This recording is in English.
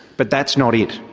but that's not it.